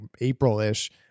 April-ish